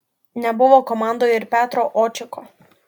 nebuvo komandoje ir petro očiko